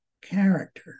character